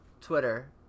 Twitter